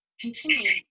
continue